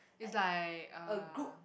is like uh